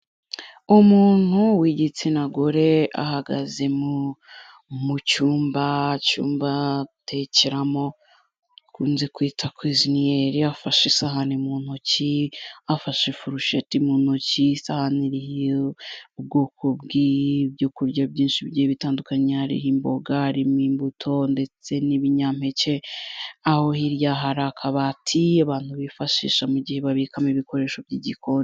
Umuntu w'igitsina gore ahagaze mu cyumba icyumba batekeramo bakunze kwita kwuziniyeri afashe isahani mu ntoki, afashe ifurushiti mu ntoki, isahani iriho ubwoko bw'ibyo kurya byinshi bitandukanye hariho imboga ,hariho imbuto ndetse n'ibinyampeke aho hirya hari akabati abantu bifashisha mu gihe babikamo ibikoresho by'igikoni.